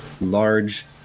Large